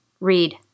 Read